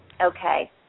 Okay